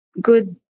good